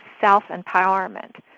self-empowerment